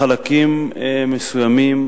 בחלקים מסוימים